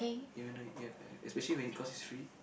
even though you eat ya correct especially when cause it's free